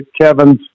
kevin's